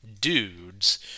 dudes